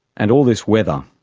and all this weather,